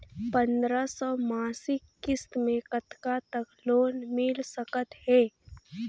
पंद्रह सौ मासिक किस्त मे कतका तक लोन मिल सकत हे?